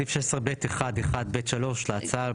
סעיף 16(ב1)(1)(ב)(3) להצעה,